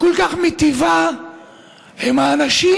כל כך מיטיבה עם האנשים